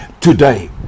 today